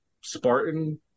Spartan